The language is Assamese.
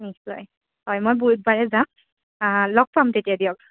নিশ্চয় হয় মই বুধবাৰে যাম লগ পাম তেতিয়া দিয়ক